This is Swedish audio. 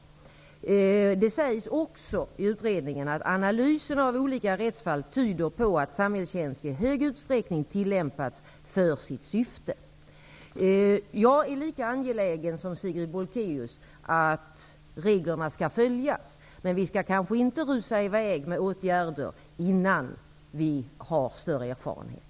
Det sägs också i utredningen att analysen av olika rättsfall tyder på att samhällstjänst i högre utsträckning tillämpats för sitt syfte. Jag är lika angelägen som Sigrid Bolkéus om att reglerna följs. Men vi skall kanske inte rusa i väg med åtgärder förrän vi har större erfarenhet.